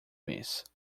mês